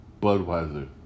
Budweiser